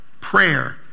prayer